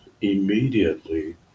Immediately